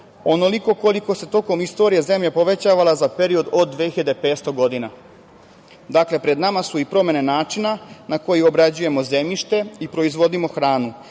onoliko koliko se tokom istorije zemlje povećavala za period od dve hiljade i petsto godina. Dakle, pred nama su i promene načina na koji obrađujemo zemljište i proizvodimo hranu,